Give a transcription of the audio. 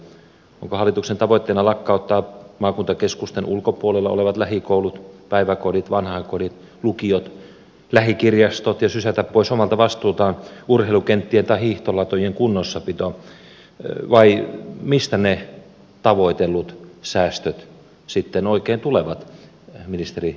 onko hallituksen tavoitteena lakkauttaa maakuntakeskusten ulkopuolella olevat lähikoulut päiväkodit vanhainkodit lukiot ja lähikirjastot ja sysätä pois omalta vastuultaan urheilukenttien tai hiihtolatujen kunnossapito vai mistä ne tavoitellut säästöt sitten oikein tulevat ministeri virkkunen